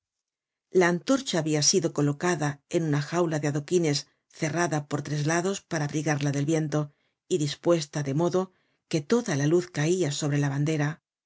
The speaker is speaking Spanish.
la antorcha habia sido colocada en una jaula de adoquines cerrada por tres lados para abrigarla del viento y dispuesta de modo que toda la luz caia sobre la bandera